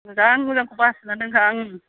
मोजां मोजांखौ बासिना दोनखा